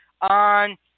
on